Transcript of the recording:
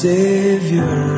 Savior